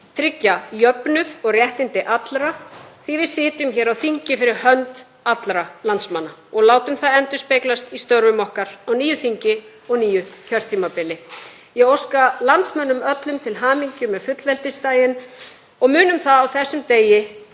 tryggja jöfnuð og réttindi allra, því að við sitjum hér á þingi fyrir hönd allra landsmanna. Látum það endurspeglast í störfum okkar á nýju þingi og nýju kjörtímabili. Ég óska landsmönnum öllum til hamingju með fullveldisdaginn og munum það á þessum degi